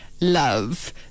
love